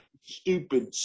stupid